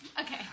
Okay